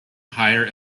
higher